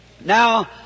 Now